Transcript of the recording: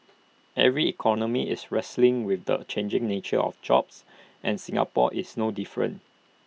every economy is wrestling with the changing nature of jobs and Singapore is no different